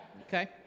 Okay